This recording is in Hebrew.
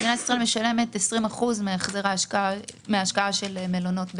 מדינת ישראל משלמת 20% מההשקעה של מלונות,